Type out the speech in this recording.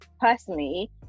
personally